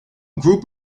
group